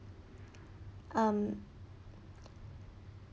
um